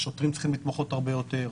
השוטרים צריכים להתמחות הרבה יותר,